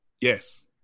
Yes